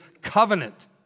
covenant